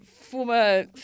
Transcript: former